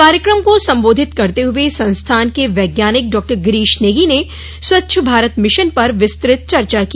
कार्यक्रम को संबोधित करते हुए संस्थान के वैज्ञानिक डॉ गिरिश नेगी ने स्वच्छ भारत मिशन पर विस्तृत चर्चा की